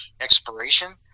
expiration